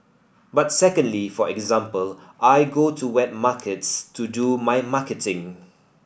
but secondly for example I go to wet markets to do my marketing